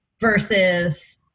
versus